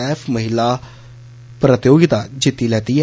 थ्थ् महिला प्रतियोगिता जित्ती लैती ऐ